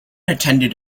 attended